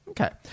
Okay